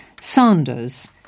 Sanders